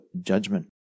judgment